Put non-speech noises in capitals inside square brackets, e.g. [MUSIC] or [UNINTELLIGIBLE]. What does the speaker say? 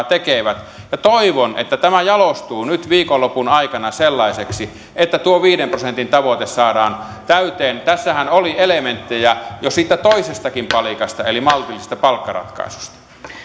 [UNINTELLIGIBLE] tekevät ja toivon että tämä jalostuu nyt viikonlopun aikana sellaiseksi että tuo viiden prosentin tavoite saadaan täyteen tässähän oli elementtejä jo siitä toisestakin palikasta eli maltillisesta palkkaratkaisusta